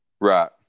right